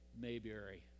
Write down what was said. Mayberry